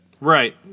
Right